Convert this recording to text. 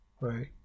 right